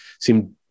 seem